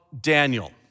Daniel